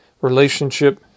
relationship